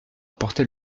porter